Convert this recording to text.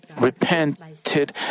repented